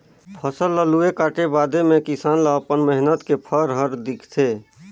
फसल ल लूए काटे बादे मे किसान ल अपन मेहनत के फर हर दिखथे